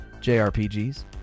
JRPGs